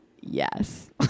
yes